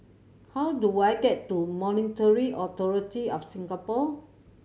how do I get to Monetary Authority Of Singapore